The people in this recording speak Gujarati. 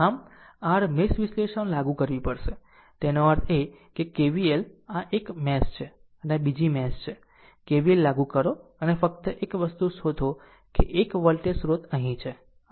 આમ r મેશ વિશ્લેષણ લાગુ કરવી પડશે તેનો અર્થ એ કે KVL આ 1 મેશ છે આ બીજી મેશ છે KVL લાગુ કરો અને ફક્ત એક વસ્તુ શોધો કે 1 વોલ્ટેજ સ્રોત અહીં છે